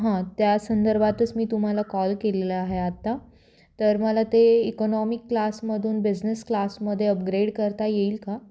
हं त्या संदर्भातच मी तुम्हाला कॉल केलेला आहे आत्ता तर मला ते इकॉनॉमी क्लासमधून बिझनेस क्लासमध्ये अपग्रेड करता येईल का